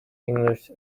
english